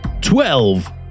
twelve